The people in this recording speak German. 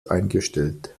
eingestellt